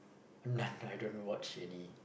no no I don't watch any